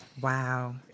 Wow